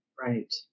Right